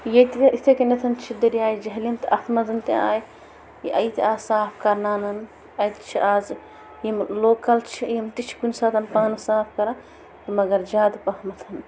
ییٚتہِ وۄنۍ یِتھَے کَنٮ۪تھ چھِ دریاے جہلِم تہِ اَتھ منٛز تہِ آیہِ یِتہِ آو صاف کرناوننہٕ اَتہِ چھِ آزٕ یِم لوکَل چھِ یِم تہِ چھِ کُنہِ ساتہٕ پانہٕ صاف کران مگر زیادٕ پہمَتھ